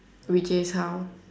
which is how